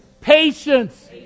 patience